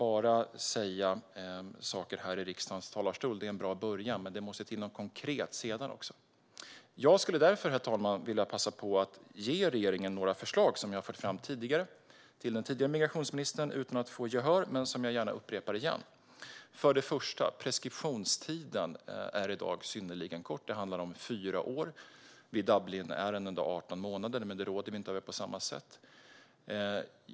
Att säga saker i riksdagens talarstol är en bra början, men det måste också till något konkret. Jag skulle därför, herr talman, vilja passa på att ge regeringen några förslag som jag har fört fram till den tidigare migrationsministern utan att få gehör. Jag upprepar dem gärna. Preskriptionstiden är i dag synnerligen kort. Det handlar om fyra år - i Dublinärenden är det 18 månader, men det råder vi inte över på samma sätt.